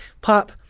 pop